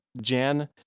Jan